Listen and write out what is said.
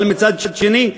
אבל מצד שני,